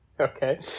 Okay